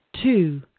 Two